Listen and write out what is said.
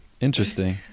interesting